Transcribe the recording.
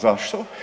Zašto?